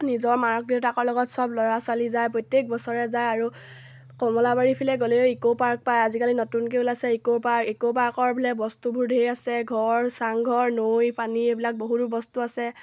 নিজৰ মাক দেউতাকৰ লগত চব ল'ৰা ছোৱালী যায় প্ৰত্যেক বছৰে যায় আৰু কমলাবাৰীফালে গ'লেও ইক'পাৰ্ক পায় আজিকালি নতুনকৈ ওলাইছে ইক'পাৰ্ক ইক'পাৰ্কৰ বোলে বস্তুবোৰ ধেৰ আছে ঘৰ চাংঘৰ নৈ পানী এইবিলাক বহুতো বস্তু আছে